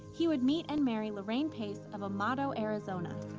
he would meet and marry lorraine pace of amado, arizona.